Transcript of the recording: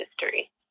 history